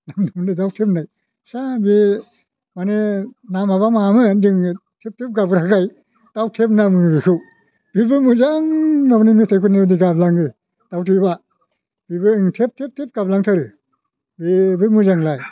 दाउथेब होननाय फिसा बे माने नामआबा मामोन जोङो थेब थेब गाबग्राखाय दाउथेब होनना बुङो बेबो बेजों मोजां माबानानै मेथाइफोरनि बादि गाबलाङो दाउथेबआ बेबो होनो थेब थेब थेब गाबलांथारो बेबो मोजांलाय